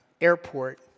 airport